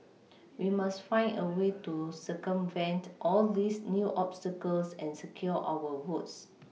we must find a way to circumvent all these new obstacles and secure our votes